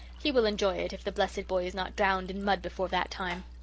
he will enjoy it, if the blessed boy is not drowned in mud before that time.